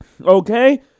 okay